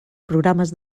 programes